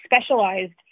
specialized